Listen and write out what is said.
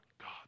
God